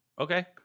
Okay